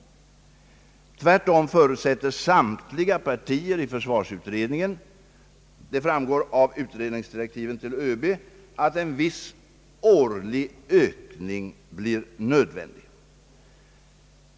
Tvärtom förutsätter samtliga partier i försvarsutredningen — vilket framgår av utredningsdirektiven till ÖB — att en viss årlig ökning blir nödvändig.